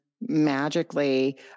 magically